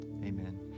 Amen